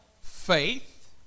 faith